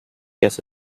guess